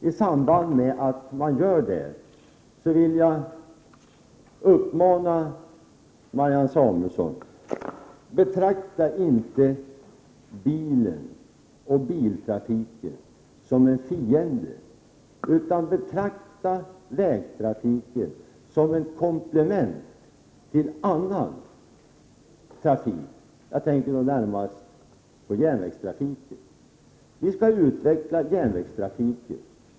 I samband med att jag gör det vill jag uppmana Marianne Samuelsson: Betrakta inte bilen och biltrafiken som en fiende, utan betrakta vägtrafiken som ett komplement till annan trafik. Jag tänker då närmast på järnvägstrafiken. Vi skall utveckla järnvägstrafiken.